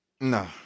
No